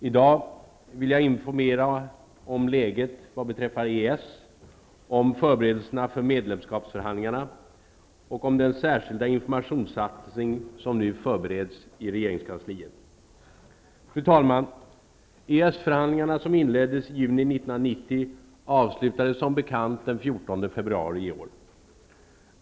I dag vill jag informera om -- den särskilda informationssatsning som nu förbereds i regeringskansliet Fru talman! EES-förhandlingarna, som inleddes i juni 1990, avslutades som bekant den 14 februari i år.